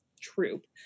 troop